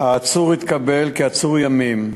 העצור התקבל כעצור ימים,